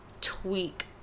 tweak